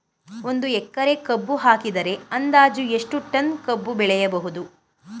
ಒಂದು ಎಕರೆ ಕಬ್ಬು ಹಾಕಿದರೆ ಅಂದಾಜು ಎಷ್ಟು ಟನ್ ಕಬ್ಬು ಬೆಳೆಯಬಹುದು?